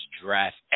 draft